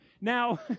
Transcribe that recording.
Now